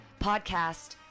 podcast